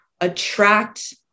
attract